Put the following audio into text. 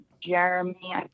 Jeremy